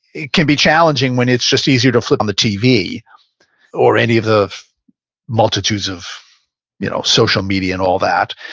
it can be challenging when it's just easier to flip on the tv or any of the multitudes of you know social media and all that,